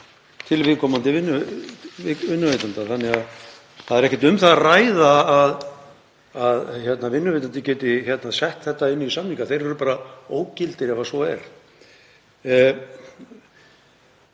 til viðkomandi vinnuveitenda. Það er því ekkert um það að ræða að vinnuveitandi geti sett þetta inn í samninga. Þeir eru bara ógildir ef svo er.